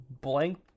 blank